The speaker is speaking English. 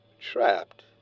trapped